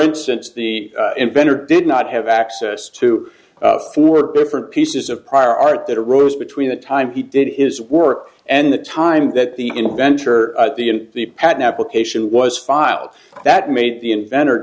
instance the inventor did not have access to four different pieces of prior art that arose between the time he did his work and the time that the inventor of the in the patent application was filed that made the inventor